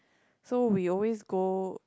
so we always go